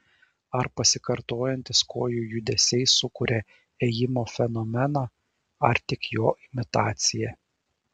ar pasikartojantys kojų judesiai sukuria ėjimo fenomeną ar tik jo imitaciją